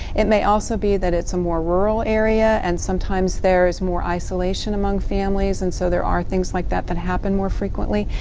it may also be that it's a more rural area and sometimes there is more isolation among families and so there are things likev like that that happen more frequently.